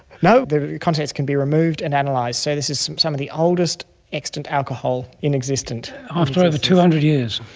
no, the contents can be removed and analysed. and like so this is some some of the oldest extent alcohol in existence. after over two hundred years!